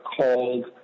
called